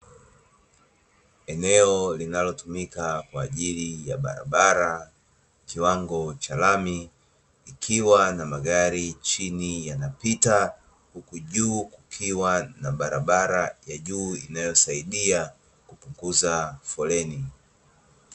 Eneo linalotumika kwa ajili ya barabara kiwango cha lami, ikiwa na magari chini yanapita, huku juu kukiwa na barabara ya juu inayosaidia kupunguza foleni.